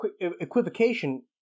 equivocation